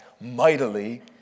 mightily